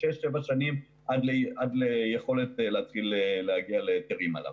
שש-שבע שנים עד ליכולת להתחיל להגיע להיתרים עליו.